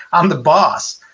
i'm the boss.